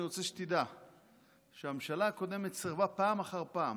אני רוצה שתדע שהממשלה הקודמת סירבה פעם אחר פעם